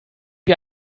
wie